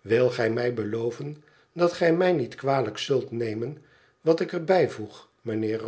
wilt gij mij beloven dat gij mij niet kwalijk zult nemen wat ik er bijvoeg mijnheer